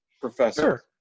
professor